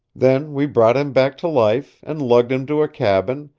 then we brought him back to life and lugged him to a cabin,